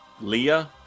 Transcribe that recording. Leah